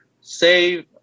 save